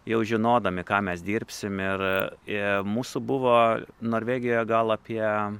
jau žinodami ką mes dirbsim ir ir mūsų buvo norvegijoje gal apie